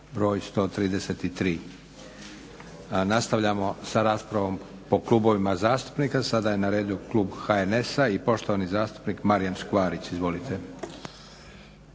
broj 133. Nastavljamo sa raspravom po klubovima zastupnika. Sada je na redu klub HNS-a i poštovani zastupnik Marijan Škvarić. Izvolite.